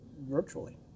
virtually